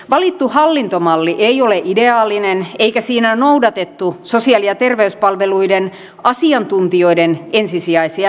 valittu hallintomalli ei ole ideaalinen eikä siinä noudatettu sosiaali ja terveyspalveluiden asiantuntijoiden ensisijaisia neuvoja